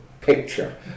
picture